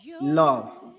Love